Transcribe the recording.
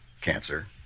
cancer